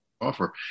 offer